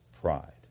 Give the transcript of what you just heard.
pride